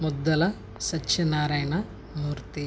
ముద్దల Satyanarayana మూర్తి